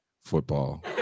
football